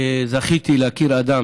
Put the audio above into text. זכיתי להכיר אדם